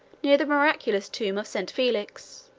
near the miraculous tomb of st. faelix,